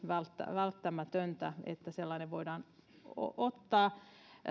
välttämätöntä jotta sellainen voidaan ottaa